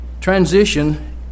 Transition